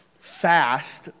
fast